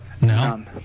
No